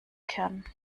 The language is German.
kern